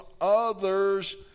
others